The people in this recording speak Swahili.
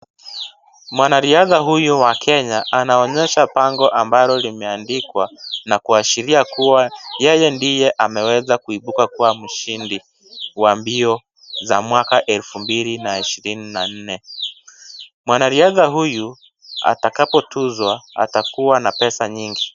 Mwanariadha huyu wa Kenya, anaonyesha bango ambalo limeandikwa na kuashiria kua ,yeye ndiye ameweza kuibuka kuwa mshindi, wa mbio za mwaka,2024.Mwanariadha huyu, atakapotuzwa, atakuwa na pesa nyingi.